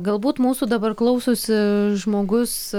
galbūt mūsų dabar klausosi žmogus